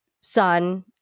son